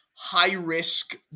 high-risk